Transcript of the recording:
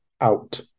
out